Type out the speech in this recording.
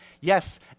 Yes